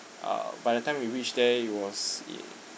uh by the time we reached there it was it